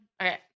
Okay